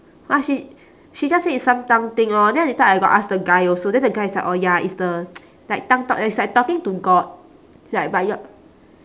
!huh! she she just did some tongue thing lor then later I got ask the guy also then the guy is like oh ya is the like tongue talk that is like talking to god like but your